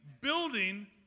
building